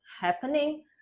happening